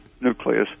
nucleus